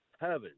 heaven